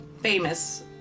famous